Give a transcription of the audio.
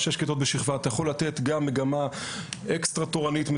אתה יכול לתת גם מגמה אקסטרה תורנית,